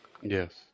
Yes